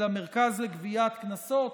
למרכז לגביית קנסות,